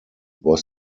was